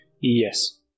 Yes